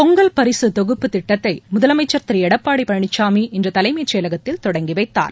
பொங்கல் பரிசு தொகுப்பு திட்டத்தை முதலமைச்சர் திரு எடப்பாடி பழனிசாமி இன்று தலைமைச் செயலகத்தில் தொடங்கிவைத்தார்